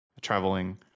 traveling